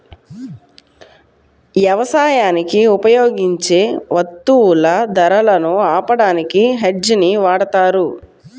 యవసాయానికి ఉపయోగించే వత్తువుల ధరలను ఆపడానికి హెడ్జ్ ని వాడతారు